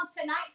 tonight